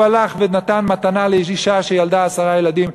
והוא הלך ונתן מתנה לאישה שילדה עשרה ילדים,